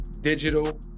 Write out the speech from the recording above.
digital